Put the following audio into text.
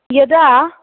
यदा